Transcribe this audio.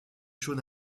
chaux